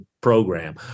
program